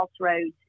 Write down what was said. crossroads